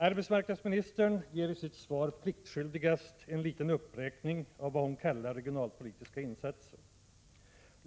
Arbetsmarknadsministern ger i sitt svar pliktskyldigast en liten uppräkning av vad hon kallar regionalpolitiska insatser.